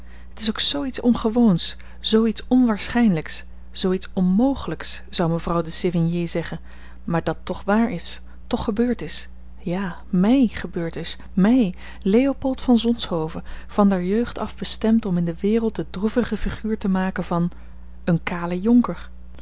het is ook zoo iets ongewoons zoo iets onwaarschijnlijks zoo iets onmogelijks zou mevrouw de sévigné zeggen maar dat toch waar is toch gebeurd is ja mij gebeurd is mij leopold van zonshoven van der jeugd af bestemd om in de wereld de droevige figuur te maken van een kalen jonker